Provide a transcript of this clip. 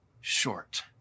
short